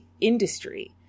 industry